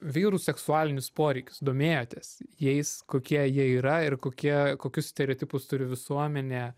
vyrų seksualinius poreikius domėjotės jais kokie jie yra ir kokie kokius stereotipus turi visuomenė